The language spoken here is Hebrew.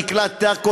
דקלה טקו,